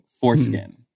foreskin